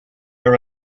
are